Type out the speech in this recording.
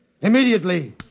Immediately